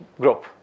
group